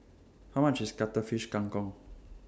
How much IS Cuttlefish Kang Kong